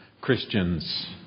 Christians